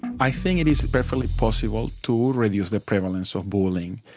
i think it is perfectly possible to reduce the prevalence of bullying.